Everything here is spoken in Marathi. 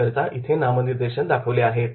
याकरिता इथे नामनिर्देशन दाखवले आहे